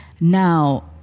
now